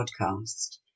podcast